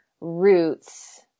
roots